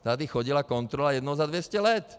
Tady chodila kontrola jednou za dvě stě let.